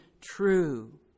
true